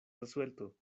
resuelto